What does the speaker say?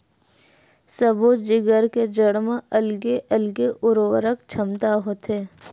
सब्बो जिगर के जड़ म अलगे अलगे उरवरक छमता होथे